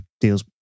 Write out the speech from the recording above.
deals